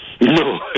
No